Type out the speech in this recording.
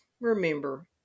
remember